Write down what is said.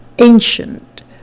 ancient